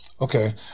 Okay